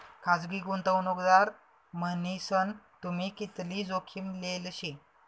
खासगी गुंतवणूकदार मन्हीसन तुम्ही कितली जोखीम लेल शे